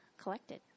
collected